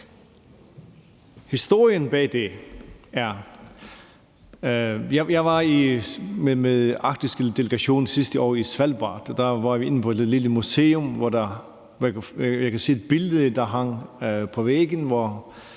Historien bag det er: Jeg var med Den Arktiske Delegation på Svalbard sidste år, og der var vi inde på et lille museum, hvor jeg kunne se et billede fra 1936, der hang på væggen,